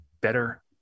better